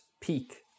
peak